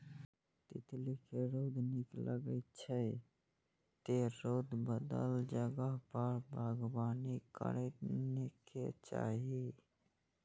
तितली कें रौद नीक लागै छै, तें रौद बला जगह पर बागबानी करैके चाही